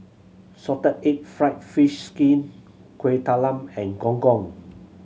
salted egg fried fish skin Kuih Talam and Gong Gong